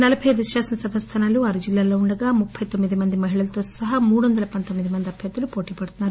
నలబై అయిదు శాసనసభ స్థానాలు ఆరు జిల్లాల్లో ఉండగా ముప్పై తొమ్మిది మంది మహిళలతో సహా మూడు వంద పందోమ్మిది మంది అభ్యర్థులు పోటీ పడుతున్నారు